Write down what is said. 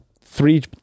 three